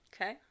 Okay